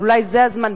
ואולי זה הזמן,